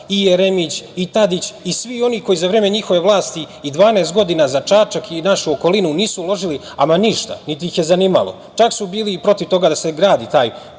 i Jeremić, i Tadić, i svi oni koji za vreme njihove vlasti i 12 godina za Čačak i našu okolinu nisu uložili ama ništa, niti ih je zanimalo, čak su i bili protiv toga da se gradi taj